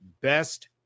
best